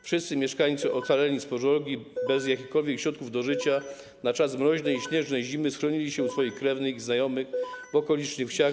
Wszyscy mieszkańcy ocaleni z pożogi, bez jakichkolwiek środków do życia, na czas mroźnej i śnieżnej zimy schronili się u swoich krewnych i znajomych w okolicznych wsiach.